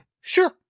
Sure